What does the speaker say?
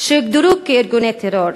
שהוגדרו ארגוני טרור.